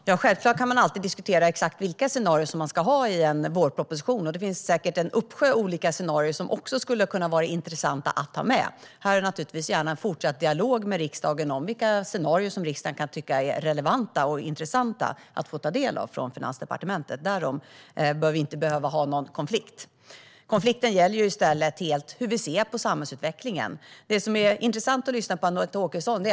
Herr talman! Självklart kan man alltid diskutera exakt vilka scenarier man ska ha i en vårproposition. Det finns säkert en uppsjö olika scenarier som skulle kunna vara intressanta att ta med. Jag för naturligtvis gärna en fortsatt dialog med riksdagen om vilka scenarier som riksdagen kan tycka är relevanta och intressanta att få ta del av från Finansdepartementet. Därom bör vi inte behöva ha någon konflikt. Konflikten gäller i stället helt hur vi ser på samhällsutvecklingen. Det är intressant att lyssna på Anette Åkesson.